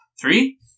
Three